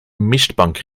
mistbank